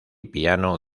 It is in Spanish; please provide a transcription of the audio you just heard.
piano